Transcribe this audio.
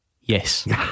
Yes